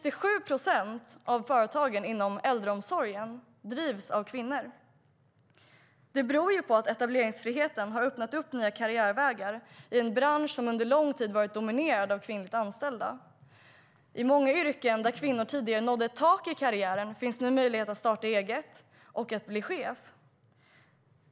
Inom äldreomsorgen drivs 67 procent av företagen av kvinnor. Det beror på att etableringsfriheten har öppnat upp nya karriärvägar i en bransch som under lång tid har varit dominerad av kvinnliga anställda. I många yrken där kvinnor tidigare nådde ett tak i karriären finns nu möjlighet att starta eget och att bli chef.